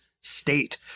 state